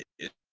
it